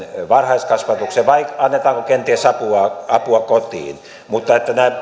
varhaiskasvatuksen vai annetaanko kenties apua apua kotiin mutta